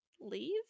leave